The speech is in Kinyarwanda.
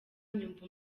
nyumva